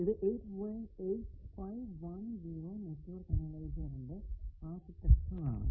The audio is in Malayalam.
ഇത് 8510 നെറ്റ്വർക്ക് അനലൈസറിന്റെ ആർക്കിടെക്ചർ ആണ്